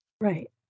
Right